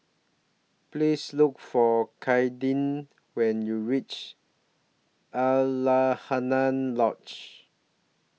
Please Look For Kayden when YOU REACH Alaunia Lodge